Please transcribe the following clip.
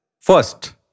First